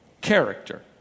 character